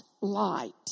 light